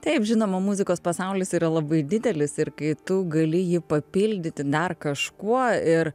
taip žinoma muzikos pasaulis yra labai didelis ir kai tu gali jį papildyti dar kažkuo ir